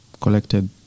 collected